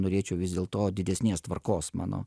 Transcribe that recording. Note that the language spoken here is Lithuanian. norėčiau vis dėl to didesnės tvarkos mano